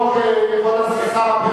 לוועדת העבודה,